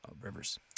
rivers